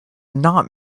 not